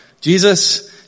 Jesus